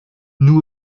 nous